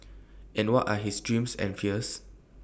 and what are his dreams and fears